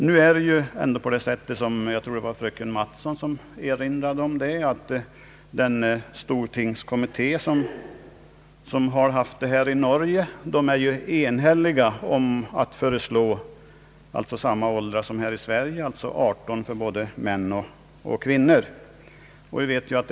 Nu är det ändå på det sättet — jag tror det var fröken Mattson som erinrade om det — att den stortingskommitté som behandlat denna fråga i Norge enhälligt har föreslagit samma ålder som i Sverige, alltså 18 år för både män och kvinnor.